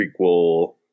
prequel